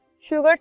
sugar